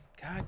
God